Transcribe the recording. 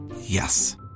Yes